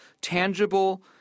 tangible